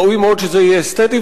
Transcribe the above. ראוי מאוד שזה יהיה אסתטי,